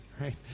right